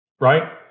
Right